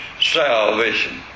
salvation